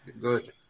good